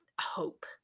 hope